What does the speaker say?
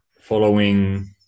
following